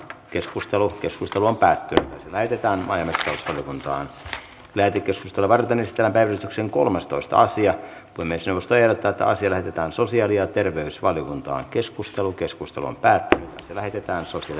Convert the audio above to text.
keskustelu keskustelun päätyyn väitetään vain fiilistelykuntoon levytystä varten estää päivystyksen kolmastoista sija myös eusta ja asia lähetettiin sosiaali ja terveysvaliokuntaa keskustelu keskustelun pääty lähetetään susille